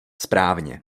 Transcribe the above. správně